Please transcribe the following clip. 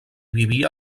vivia